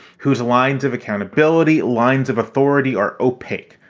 whose lines of accountability, lines of authority are opaque,